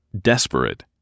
Desperate